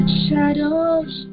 shadows